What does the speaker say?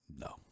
No